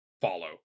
follow